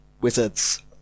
wizards